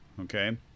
Okay